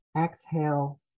exhale